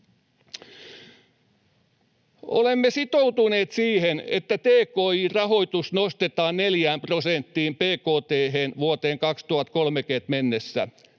Olemme sitoutuneet siihen, että tki-rahoitus nostetaan neljään prosenttiin bkt:stä vuoteen 2030 mennessä.